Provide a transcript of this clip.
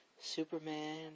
Superman